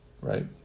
Right